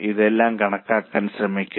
ഇതെല്ലാം കണക്കാക്കാൻ ശ്രമിക്കുക